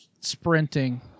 sprinting